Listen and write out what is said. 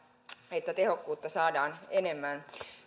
tehokkuutta saadaan enemmän